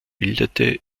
bildete